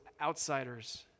outsiders